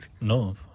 No